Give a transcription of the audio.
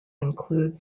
include